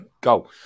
go